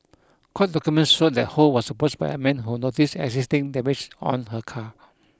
court documents showed that Ho was approached by a man who noticed existing damage on her car